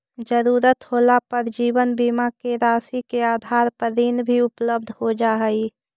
ज़रूरत होला पर जीवन बीमा के राशि के आधार पर ऋण भी उपलब्ध हो जा हई